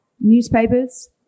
newspapers